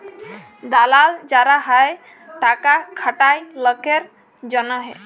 দালাল যারা হ্যয় টাকা খাটায় লকের জনহে